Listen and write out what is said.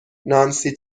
نانسی